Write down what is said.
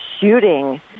shooting